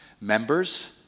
Members